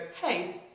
hey